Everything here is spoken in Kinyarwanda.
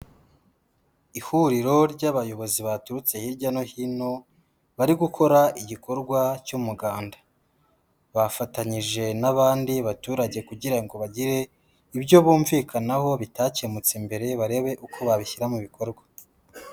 Ihuriro ry'abayobozi baturutse hirya no hino, bari gukora igikorwa cy'umuganda. Bafatanyije n'abandi baturage kugira ngo bagire ibyo bumvikanaho bitakemutse mbere barebe uko babishyira mu bikorwa.